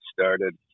started